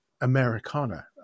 Americana